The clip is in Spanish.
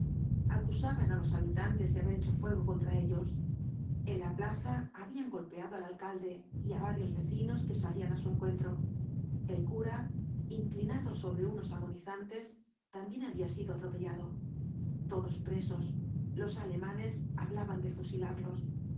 acusaban á los habitantes de haber hecho fuego contra ellos en la plaza habían golpeado al alcalde y á varios vecinos que salían á su encuentro el cura inclinado sobre unos agonizantes también había sido atropellado to dos presos los alemanes hablaban de fusilarlos